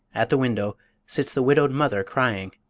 at the window sits the widowed mother crying.